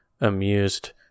amused